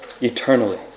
Eternally